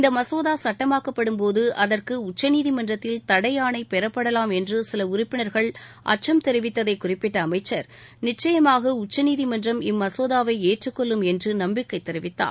இந்த மசோதா சுட்டமாக்கப்படும் போது அகுற்கு உச்சநீதிமன்றத்தில் தடை ஆணை பெறப்படலாம் என்று சில உறுப்பினர்கள் அச்சம் தெரிவித்ததைக் குறிப்பிட்ட அமைச்சர் நிச்சயமாக உச்சநீதிமன்றம் இம்மசோதாவை ஏற்றுக் கொள்ளும் என்று நம்பிக்கை தெரிவித்தார்